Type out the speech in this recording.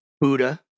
Buddha